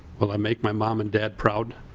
will i make my mom and dad proud?